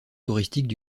touristiques